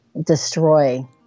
destroy